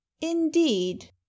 Indeed